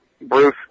Bruce